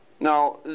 Now